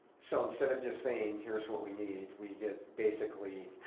so instead of just saying, here's what we need, we get basically